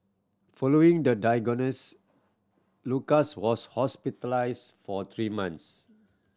following the diagnosis Lucas was hospitalised for three months